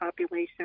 population